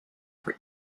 for